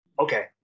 Okay